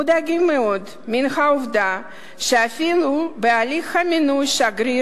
מודאגים מאוד מן העובדה שאפילו בהליך המינוי של שגריר